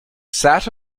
sat